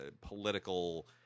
political